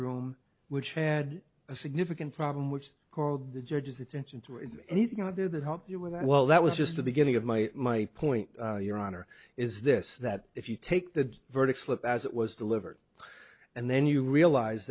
room which had a significant problem which called the judge's attention to anything out there that help you with that well that was just the beginning of my my point your honor is this that if you take the verdict slip as it was delivered and then you realize